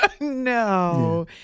no